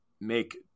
make